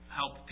help